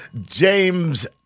James